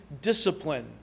discipline